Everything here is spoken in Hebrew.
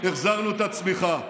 החזרנו את הצמיחה.